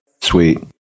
Sweet